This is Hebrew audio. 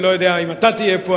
לא יודע אם אתה תהיה פה,